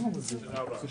הצבעה סדרי הדיון נתקבלו.